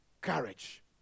courage